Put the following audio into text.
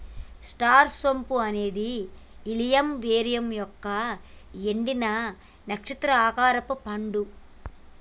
star సోంపు అనేది ఇలిసియం వెరమ్ యొక్క ఎండిన, నక్షత్రం ఆకారపు పండు